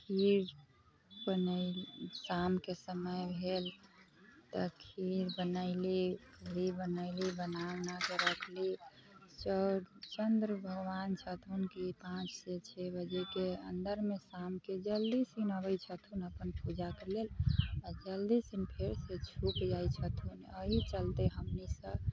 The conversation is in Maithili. खीर बनैली शामके समय भेल तऽ खीर बनैली पूरी बनैली बना उनाके रखली चौरचन्द्र भगवान छथुन की पाँचसँ छओ बजेके अन्दरमे शामके जल्दी सुन अबै छथुन अपन पूजाके लेल आओर जल्दी सुनी फेरसँ छुपि जाइ छथुन अहि चलते हमनीसब